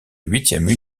huitième